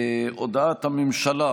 הודעת הממשלה,